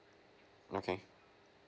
okay